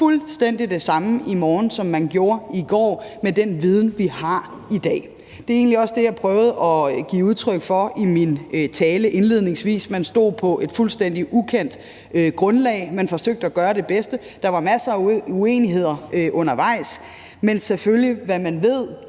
fuldstændig det samme i morgen, som man gjorde i går, med den viden, vi har i dag. Det er egentlig også det, jeg indledningsvis prøvede at give udtryk for i min tale. Man stod på et fuldstændig ukendt grundlag, man forsøgte at gøre det bedste, og der var masser af uenigheder undervejs, men selvfølgelig vil man,